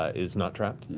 ah is not trapped.